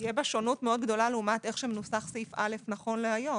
תהיה בה שונות מאוד גדולה לעומת איך שנוסח סעיף א נכון להיום.